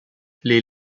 les